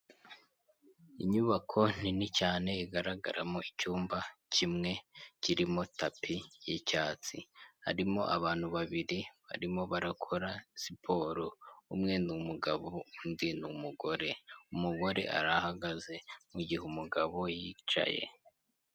Inyubako nini cyane igaragaramo icyumba kimwe kirimo tapi yicyatsi, harimo abantu babiri barimo barakora siporo. Umwe ni umugabo undi ni umugore, umugore arahagaze mugihe umugabo yicaye.